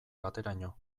bateraino